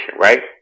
right